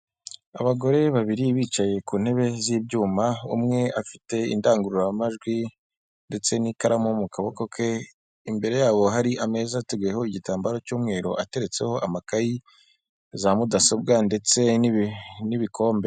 Abagore babiri bicaye ku ntebe z'ibyuma umwe afite indangururamajwi ndetse n'ikaramu mu kaboko ke, imbere yabo hari ameza ateguyeho igitambaro cy'umweru, ateretseho amakayi, za mudasobwa ndetse n'ibikombe.